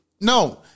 No